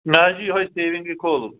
مےٚ حظ چھ یہَے سیوِنٛگٕے کھولُن